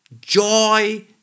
joy